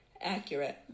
accurate